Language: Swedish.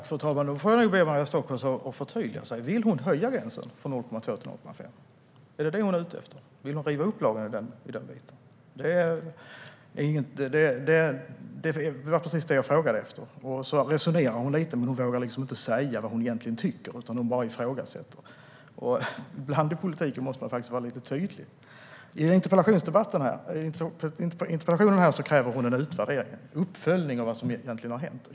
Fru talman! Då får jag nog be Maria Stockhaus att förtydliga sig. Vill hon höja gränsen från 0,2 till 0,5? Är det detta hon är ute efter? Vill hon riva upp lagen i den biten? Det var precis det jag frågade efter. Hon resonerar lite, men vågar inte säga vad hon egentligen tycker, utan ifrågasätter bara. Ibland måste man faktiskt vara tydlig i politiken. I interpellationen kräver hon en utvärdering, en uppföljning av vad som egentligen har hänt.